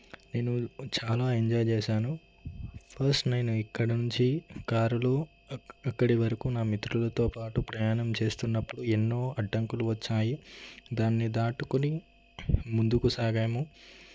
నేను చాలా ఎంజాయ్ చేశాను ఫస్ట్ నేను ఇక్కడి నుంచి కారులో అక్కడి వరకు నా మిత్రులతో పాటు ప్రయాణం చేస్తున్నప్పుడు ఎన్నో అడ్డంకులు వచ్చాయి దాన్ని దాటుకుని ముందుకు సాగాము